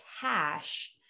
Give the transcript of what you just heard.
cash